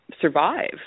survive